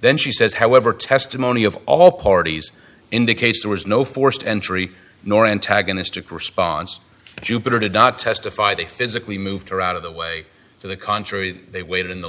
then she says however testimony of all parties indicates there was no forced entry nor antagonistic response jupiter did not testify they physically moved her out of the way to the contrary they waited in the